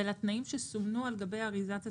ולתנאים שסומנו על גבי אריזת התמרוק.